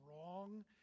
wrong